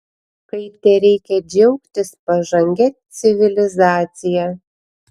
kai tereikia džiaugtis pažangia civilizacija